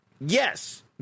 Yes